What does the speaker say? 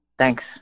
Thanks